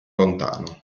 lontano